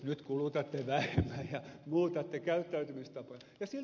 nyt kulutatte vähemmän ja muutatte käyttäytymistapoja